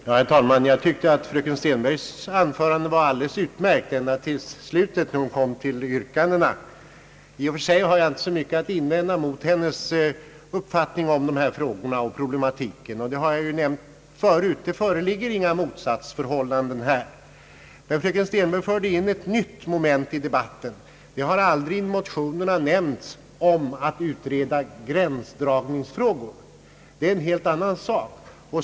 Herr talman! Jag tyckte att fröken Stenbergs anförande var alldeles utmärkt ända till slutet, när hon kom med yrkandet. I och för sig har jag inte så mycket att invända mot hennes uppfattning i dessa frågor, och det har jag nämnt tidigare. Det föreligger inte något motsatsförhållande här. Fröken Stenberg förde in ett nytt moment i debatten. Det har aldrig i motionerna nämnts någonting om att utreda gränsdragningsfrågor. Det är en helt annan sak.